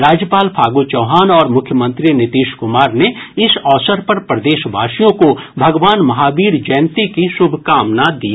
राज्यपाल फागू चौहान और मुख्यमंत्री नीतीश कुमार ने इस अवसर पर प्रदेशवासियों को भगवान महावीर जयंती की शुभकामना दी है